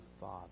father